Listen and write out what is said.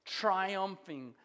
triumphing